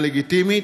היא לגיטימית?